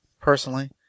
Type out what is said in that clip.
personally